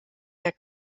der